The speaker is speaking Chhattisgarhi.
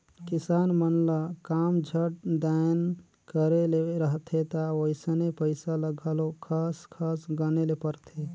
किसान मन ल काम झट दाएन करे ले रहथे ता वइसने पइसा ल घलो खस खस गने ले परथे